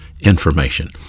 information